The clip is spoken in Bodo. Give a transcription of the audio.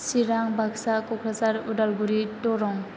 सिरां बाक्सा क'क्राझार उदालगुरि दरं